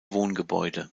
wohngebäude